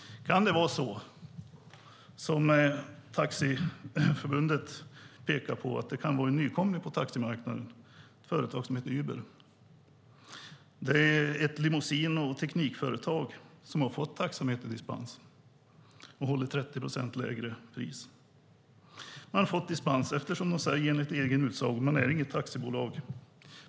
Kan det vara så som Taxiförbundet pekar på, att det kan vara på en nykomling på taximarknaden, ett företag som heter Uber? Det är ett limousine och teknikföretag som har fått taxameterdispens och håller 30 procent lägre pris. De har fått dispens eftersom de enligt egen utsago inte är något taxibolag.